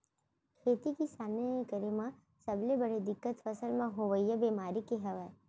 खेती किसानी करे म सबले बड़े दिक्कत फसल म होवइया बेमारी के हवय